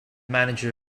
manager